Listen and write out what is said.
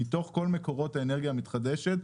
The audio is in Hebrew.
מתוך כל מקורות האנרגיה המתחדשת,